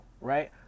right